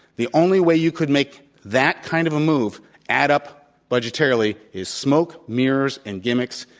the only way you could make that kind of a move add up budgetarily is smoke, mirrors and gimmicks.